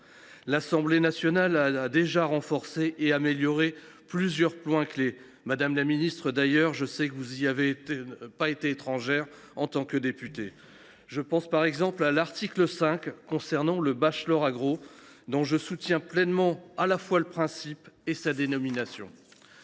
L’Assemblée nationale a déjà renforcé et amélioré plusieurs points clés. Madame la ministre, vous y avez pris part lorsque vous étiez députée. Je pense par exemple à l’article 5 concernant le bachelor agro, dont je soutiens pleinement à la fois le principe et la dénomination.